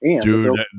Dude